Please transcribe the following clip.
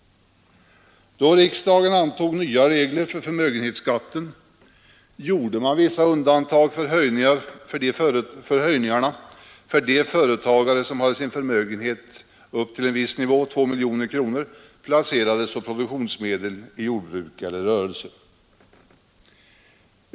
Då riksdagen antog nya regler för förmögenhetsskatten gjordes vissa undantag när det gällde höjningarna för de företagare som hade sin förmögenhet upp till en viss nivå, 2 miljoner kronor, placerad som produktionsmedel i jordbruk eller rörelse.